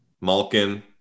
Malkin